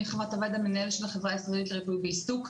חברת הועד המנהל של החברה הישראלית לריפוי בעיסוק.